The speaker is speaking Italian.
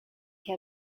che